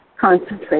concentrate